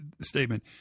statement